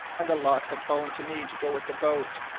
and the lot had fallen to me to go with the boat,